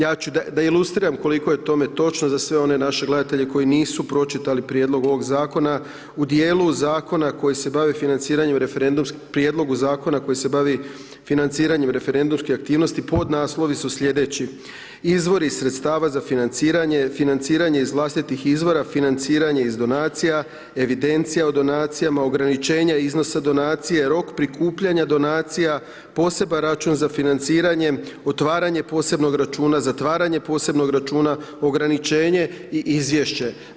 Ja ću da ilustriram koliko je tome točno za sve one naše gledatelje koji nisu pročitali prijedlog ovog zakona u dijelu zakona koji se bavi financiranjem, prijedlogu zakona koji se bavi financiranjem referendumske aktivnosti, podnaslovi su sljedeći: Izvori iz sredstava za financiranje, Financiranje iz vlastitih izvora, Financiranje iz donacija, Evidencija o donacijama, Ograničenja iznosa donacije, Rok prikupljanja donacija, Poseban račun za financiranje, Otvaranje posebnog računa, Zatvaranje posebnog računa, Ograničenje i izvješće.